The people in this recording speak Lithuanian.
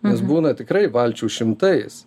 nes būna tikrai valčių šimtais